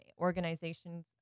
organization's